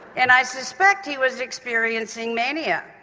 and i suspect he was experiencing mania.